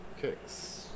kicks